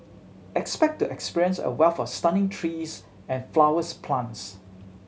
expect to experience a wealth of stunning trees and flowers plants